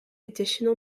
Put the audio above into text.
additional